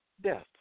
Death